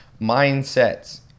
mindsets